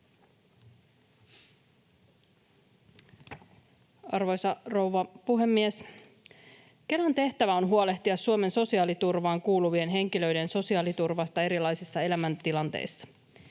Arvoisa rouva puhemies! Kelan tehtävä on huolehtia Suomen sosiaaliturvaan kuuluvien henkilöiden sosiaaliturvasta erilaisissa elämäntilanteissa.